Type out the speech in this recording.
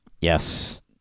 Yes